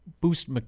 boost